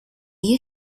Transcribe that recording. you